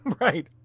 right